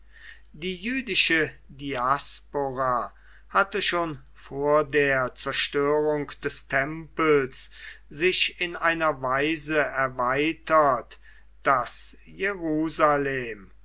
die jüdische diaspora hatte schon vor der zerstörung des tempels sich in einer weise erweitert daß jerusalem